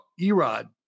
Erod